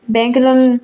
ବ୍ୟାଙ୍କ୍ର